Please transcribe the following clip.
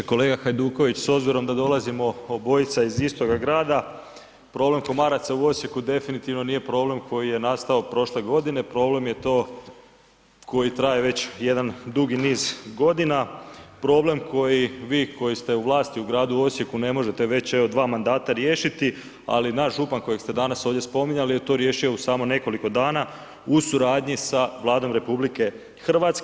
Kolega Hajduković, s obzirom da dolazimo obojica iz istoga grada, problem komaraca u Osijeku definitivno nije problem koji je nastao prošle godine, problem je to koji traje već jedan dugi niz godina, problem koji vi koji ste u vlasti u gradu Osijeku ne možete već evo mandata riješiti ali naš župan kojeg ste danas ovdje spominjali je to riješio u samo nekoliko dana u suradnji sa Vladom RH.